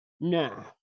No